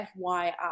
FYI